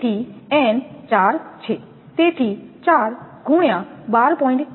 તેથી n ચાર છે તેથી 4 × 12